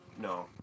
No